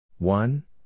One